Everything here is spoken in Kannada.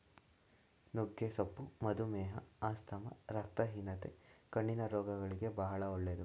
ನುಗ್ಗೆ ಸೊಪ್ಪು ಮಧುಮೇಹ, ಆಸ್ತಮಾ, ರಕ್ತಹೀನತೆ, ಕಣ್ಣಿನ ರೋಗಗಳಿಗೆ ಬಾಳ ಒಳ್ಳೆದು